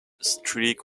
streak